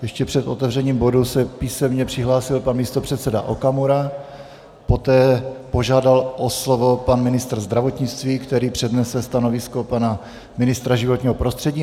Ještě před otevřením bodu se písemně přihlásil pan místopředseda Okamura, poté požádal o slovo pan ministr zdravotnictví, který přednese stanovisko nepřítomného pana ministra životního prostředí.